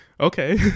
okay